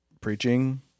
preaching